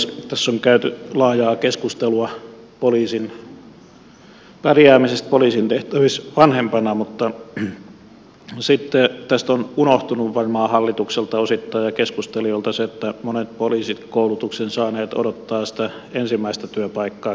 tässä on käyty laajaa keskustelua poliisin pärjäämisestä poliisin tehtävissä myös vanhempana mutta tästä on varmaan hallitukselta ja keskustelijoilta osittain unohtunut se että monet poliisin koulutuksen saaneet odottavat sitä ensimmäistä työpaikkaakin vissiin